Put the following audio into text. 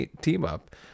Team-Up